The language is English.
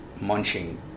munching